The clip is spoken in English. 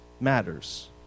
matters